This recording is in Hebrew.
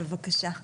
בבקשה.